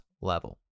level